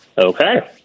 Okay